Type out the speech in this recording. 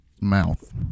Mouth